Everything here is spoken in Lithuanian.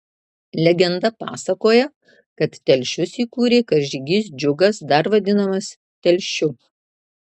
legenda pasakoja kad telšius įkūrė karžygys džiugas dar vadinamas telšiu